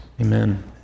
Amen